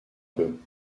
peu